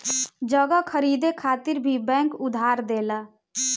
जगह खरीदे खातिर भी बैंक उधार देला